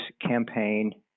campaign